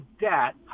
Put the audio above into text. debt